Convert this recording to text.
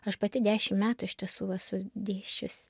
aš pati dešimt metų iš tiesų esu dėsčius